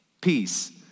peace